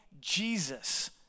Jesus